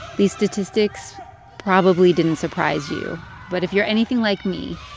these statistics probably didn't surprise you. but if you're anything like me,